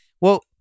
Well-